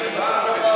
מה עשיתם להר-הבית,